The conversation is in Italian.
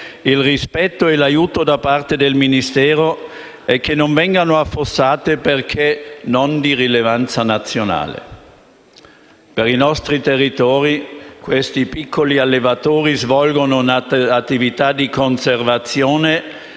il rispetto e l'aiuto da parte del Ministero e non vengano affossate, perché non di rilevanza nazionale. Per i nostri territori questi piccoli allevatori svolgono un'attività di conservazione,